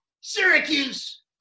Syracuse